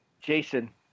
Jason